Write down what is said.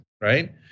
right